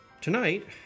Tonight